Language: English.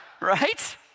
right